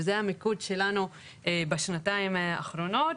וזה המיקוד שלנו בשנתיים האחרונות.